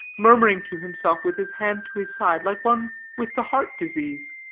murmuring to himself with his hand to his side like one with the heart-disease.